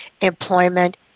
Employment